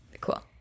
Cool